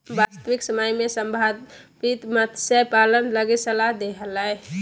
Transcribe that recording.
वास्तविक समय में संभावित मत्स्य पालन लगी सलाह दे हले